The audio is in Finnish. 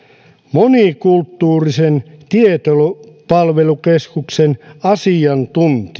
monikulttuurisen tietopalvelukeskuksen asiantuntija